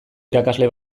irakasle